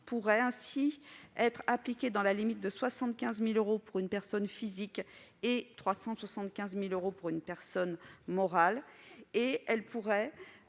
pourrait ainsi être appliquée dans la limite de 75 000 euros pour une personne physique et 375 000 euros pour une personne morale. En cas